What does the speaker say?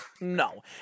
no